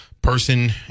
person